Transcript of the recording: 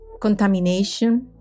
contamination